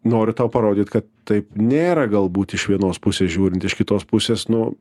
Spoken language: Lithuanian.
noriu tau parodyt kad taip nėra galbūt iš vienos pusės žiūrint iš kitos pusės nu